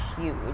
huge